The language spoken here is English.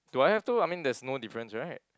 do I have to I mean there's no difference right